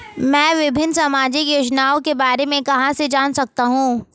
मैं विभिन्न सामाजिक योजनाओं के बारे में कहां से जान सकता हूं?